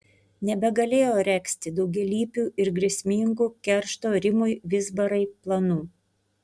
nebegalėjo regzti daugialypių ir grėsmingų keršto rimui vizbarai planų